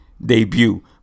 Debut